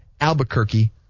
Albuquerque